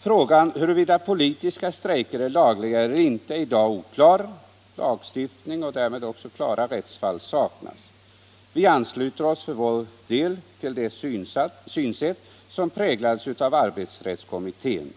Frågan huruvida politiska strejker är lagliga eller inte är i dag oklar. Lagstiftning och därmed också klara rättsfall saknas. Vi ansluter oss för vår del till det synsätt som präglas av arbetsrättskommitténs överväganden.